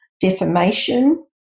defamation